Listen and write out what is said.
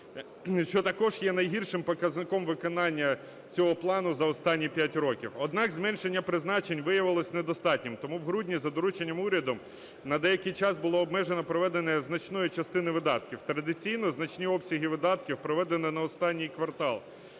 що також є найгіршим показником виконання цього плану за останні 5 років. Однак зменшення призначень виявилось недостатнім, тому в грудні за дорученням уряду на деякий час було обмежено проведення значної частини видатків. Традиційно значні обсяги видатків проведені на останній квартал,